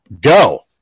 go